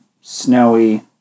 snowy